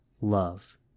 love